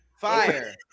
fire